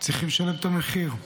צריכים לשלם את המחיר.